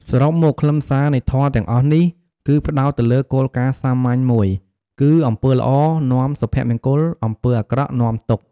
សរុបមក ខ្លឹមសារនៃធម៌ទាំងអស់នេះ គឺផ្តោតទៅលើគោលការណ៍សាមញ្ញមួយ គឺអំពើល្អនាំសុភមង្គល អំពើអាក្រក់នាំទុក្ខ។